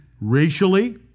racially